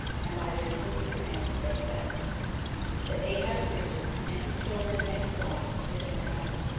and by their king's command spake thus that ahab's riches, and his children, and his wives were benhadad's,